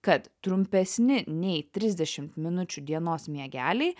kad trumpesni nei trisdešimt minučių dienos miegeliai